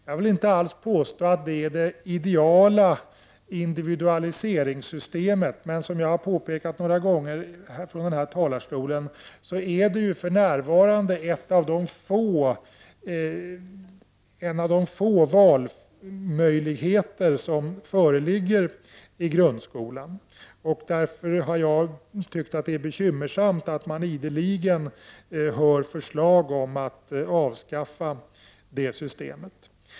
Jag vill inte alls påstå att det är det ideala individualiseringssystemet, men det är, som jag några gånger har påpekat från den här talarstolen, för närvarande en av de få valmöjligheter som föreligger i grundskolan. Jag tycker därför att det är bekymmersamt att man ideligen hör förslag om att avskaffa det systemet.